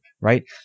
right